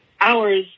hours